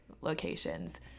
locations